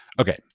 Okay